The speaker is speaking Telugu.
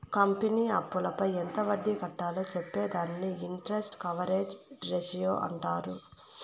కంపెనీ అప్పులపై ఎంత వడ్డీ కట్టాలో చెప్పే దానిని ఇంటరెస్ట్ కవరేజ్ రేషియో అంటారు